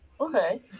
Okay